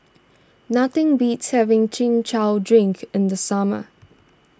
nothing beats having Chin Chow Drink in the summer